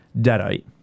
Deadite